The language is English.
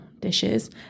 dishes